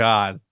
God